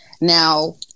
now